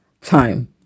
time